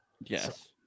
yes